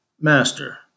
Master